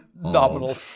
nominal